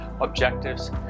objectives